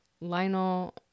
Lionel